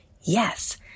Yes